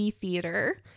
theater